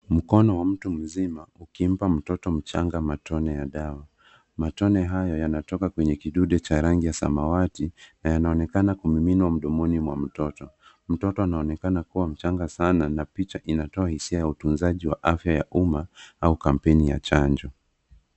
Mkono wa mtu mzima ukimpa mtoto mchanga matone ya dawa, Matone hayo yanatoka kwenye kidude cha rangi ya samawati, na yanaonekana kumiminwa mdomoni mwa mtoto. Mtoto anaonekana kua mchanga sana na picha inatoa hisia ya utunzaji wa afya ya umma, au kampeni ya chanjo.